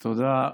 תודה.